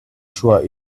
sure